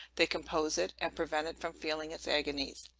they compose it, and prevent it from feeling its agonies.